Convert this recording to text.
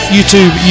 YouTube